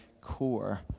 core